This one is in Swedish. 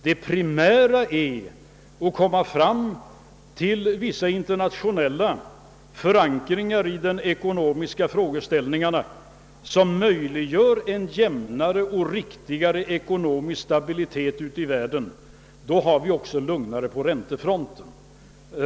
Det primära är att få till stånd internationella förankringar i ekonomin som möjliggör en jämnare och mer stabil ekonomisk utveckling ute i världen. Lyckas det, blir det lugnare också på räntefronten.